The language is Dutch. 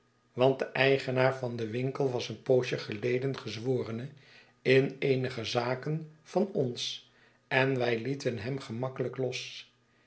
want de eigenaar van den winkel was een poosje geleden gezworene in eenige zaken van ons en wij lieten hem gemakkelijk los